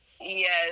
yes